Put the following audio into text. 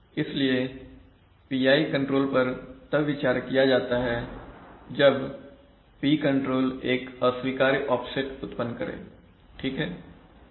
इसलिए PI control पर तब विचार किया जाता है जब P कंट्रोल एक अस्वीकार्य ऑफसेट उत्पन्न करें ठीक है